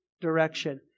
direction